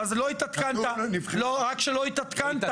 אז לא התעדכנת